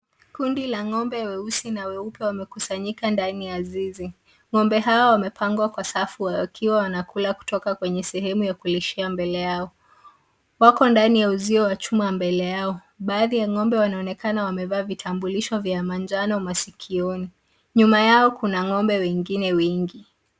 Kundi la ng'ombe weusi na weupe wamekusanyika ndani ya zizi. Ng'ombe hawa wamepangwa kwa safu wakiwa wanakula kutoka kwenye sehemu ya kulishia mbele yao. Wako ndani ya uzio wa chuma mbele yao. Baadhi ya ng'ombe wanaonekana wamevaa vitambulisho vya manjano masikioni. Nyuma yao kuna ng'ombe wengine wengi.